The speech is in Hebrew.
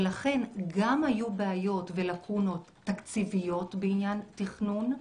גם היו בעיות ולקונות תקציביות בעניין תכנון,